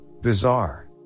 bizarre